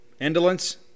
indolence